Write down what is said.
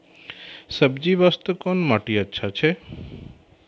सब्जी बास्ते कोन माटी अचछा छै?